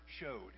showed